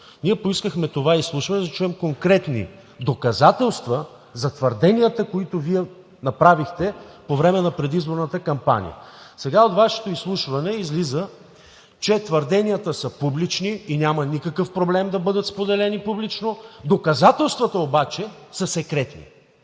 Ние поискахме това изслушване, за да чуем конкретни доказателства за твърденията, които Вие направихте по време на предизборната кампания. Сега от Вашето изслушване излиза, че твърденията са публични и няма никакъв проблем да бъдат споделени публично, доказателствата обаче са секретни?!